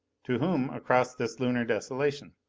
to whom, across this lunar desolation?